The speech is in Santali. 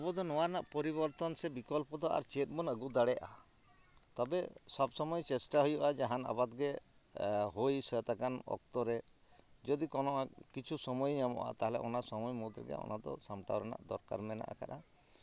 ᱟᱵᱚᱫᱚ ᱱᱚᱣᱟ ᱨᱮᱱᱟᱜ ᱯᱚᱨᱤᱵᱚᱨᱛᱚᱱ ᱥᱮ ᱵᱤᱠᱚᱞᱯᱚ ᱠᱚᱫᱚ ᱟᱨ ᱪᱮᱫᱵᱚᱱ ᱟᱹᱜᱩ ᱫᱟᱲᱮᱼᱟ ᱛᱚᱵᱮ ᱥᱚᱵᱽᱥᱚᱢᱚᱭ ᱪᱮᱥᱴᱟ ᱦᱩᱭᱩᱜᱼᱟ ᱡᱟᱦᱟᱱ ᱟᱵᱟᱫᱽᱜᱮ ᱦᱩᱭ ᱥᱟᱹᱛ ᱟᱠᱟᱱ ᱚᱠᱛᱚᱨᱮ ᱡᱚᱫᱤ ᱠᱳᱱᱳ ᱠᱤᱪᱷᱩ ᱥᱚᱢᱚᱭ ᱧᱟᱢᱚᱜᱼᱟ ᱛᱟᱦᱞᱮ ᱚᱱᱟ ᱥᱚᱢᱚᱭ ᱢᱩᱫᱽᱨᱮᱜᱮ ᱚᱱᱟᱫᱚ ᱥᱟᱢᱴᱟᱣ ᱨᱮᱱᱟᱜ ᱫᱚᱨᱠᱟᱨ ᱢᱮᱱᱟᱜ ᱟᱠᱟᱫᱟ